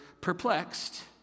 perplexed